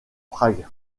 prague